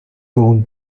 blown